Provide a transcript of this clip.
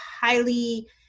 highly